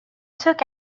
took